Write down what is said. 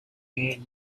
made